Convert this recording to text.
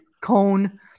Cone